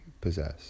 possess